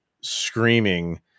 screaming